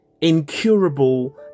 incurable